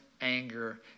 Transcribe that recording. anger